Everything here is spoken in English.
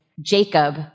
Jacob